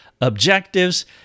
objectives